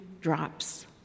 drops